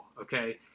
okay